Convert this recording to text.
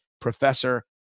Professor